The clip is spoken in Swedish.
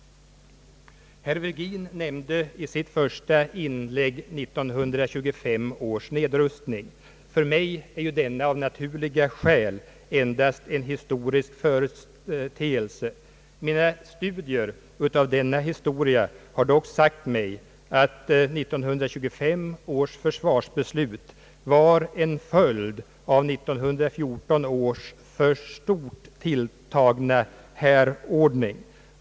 Herr Virgin nämnde i sitt första inlägg 1925 års nedrustning. För mig är denna av naturliga skäl endast en historisk företeelse. Mina studier av denna fråga har dock sagt mig att 1925 års försvarsbeslut var en följd av 1914 års för stort tilltagna härordning.